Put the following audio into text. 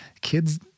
Kids